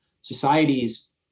societies